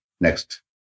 Next